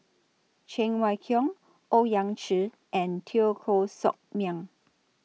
Cheng Wai Keung Owyang Chi and Teo Koh Sock Miang